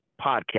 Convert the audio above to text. podcast